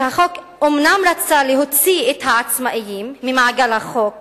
שהחוק אומנם רצה להוציא את העצמאים ממעגל החוק